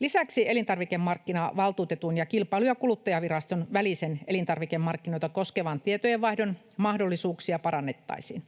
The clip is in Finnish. Lisäksi elintarvikemarkkinavaltuutetun ja Kilpailu- ja kuluttajaviraston välisen elintarvikemarkkinoita koskevan tietojenvaihdon mahdollisuuksia parannettaisiin.